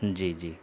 جی جی